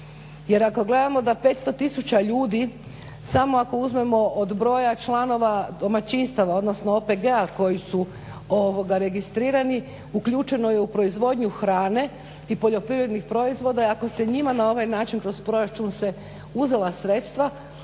jer ako gledamo da 500 tisuća ljudi samo ako uzmemo od broja članova domaćinstava OPG-a koji su registrirani uključeno je u proizvodnju hrane i poljoprivrednih proizvoda i ako se njima na ovaj način kroz proračun se uzela sredstva